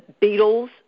Beatles